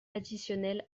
additionnels